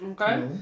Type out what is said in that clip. Okay